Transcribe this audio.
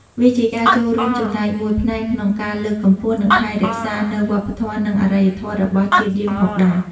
វាជាការចូលរួមចំណែកមួយផ្នែកក្នុងការលើកកម្ពស់ និងថែរក្សានូវវប្បធម៌និងអរិយធម៌របស់ជាតិយើងផងដែរ។